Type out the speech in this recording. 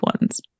ones